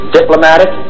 diplomatic